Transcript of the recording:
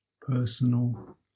personal